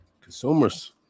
consumers